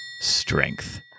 strength